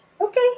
okay